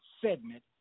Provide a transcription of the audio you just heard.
segment